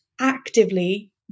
actively